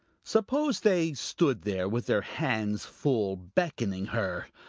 suppose they stood there with their hands full, beckoning her